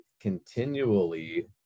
continually